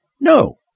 No